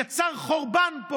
יצר פה חורבן,